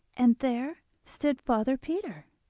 and there stood father peter!